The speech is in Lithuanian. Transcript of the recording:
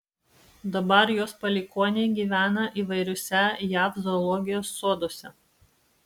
dabar jos palikuoniai gyvena įvairiuose jav zoologijos soduose